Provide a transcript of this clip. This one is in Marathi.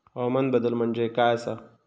हवामान बदल म्हणजे काय आसा?